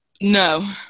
No